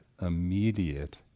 immediate